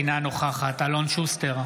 אינה נוכחת אלון שוסטר,